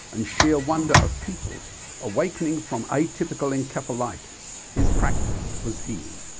and sheer wonder of people awakening from atypical encephalitis. his practise was healing.